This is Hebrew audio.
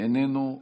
איננו,